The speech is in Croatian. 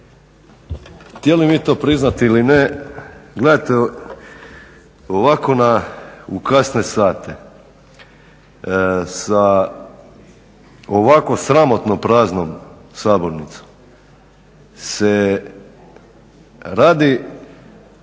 Htjeli mi to priznati ili ne, gledajte ovako u kasne sate sa ovako sramotno praznom sabornicom se radi,